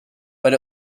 but